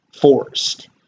forced